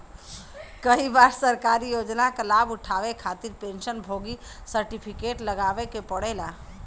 कई बार सरकारी योजना क लाभ उठावे खातिर पेंशन भोगी सर्टिफिकेट लगावे क पड़ेला